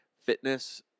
fitness